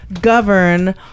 govern